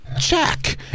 check